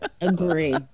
Agree